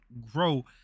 grow